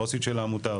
עו"סית של העמותה,